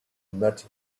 met